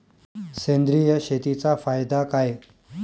सेंद्रिय शेतीचा फायदा काय?